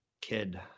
kid